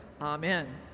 Amen